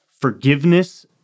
forgiveness